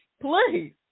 Please